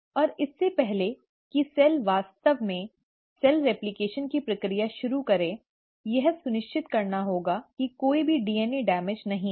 और इससे पहले कि कोशिका वास्तव में DNA रेप्लकेशन की प्रक्रिया शुरू करें यह सुनिश्चित करना होगा कि कोई भी डीएनए क्षति नहीं है